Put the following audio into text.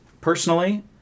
Personally